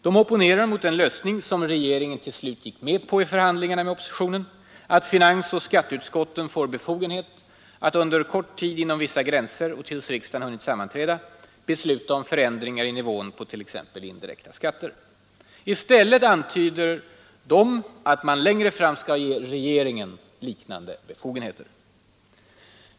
De opponerar mot den lösning som regeringen till slut gick med på efter förhandling med oppositionen: att finansoch skatteutskotten får befogenhet att under kort tid inom vissa gränser och tills riksdagen hunnit sammanträda besluta om förändringar i nivån på t.ex. indirekta skatter. I stället antyder de att man längre fram skall ge regeringen liknande befogenheter.